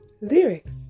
Lyrics